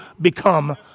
become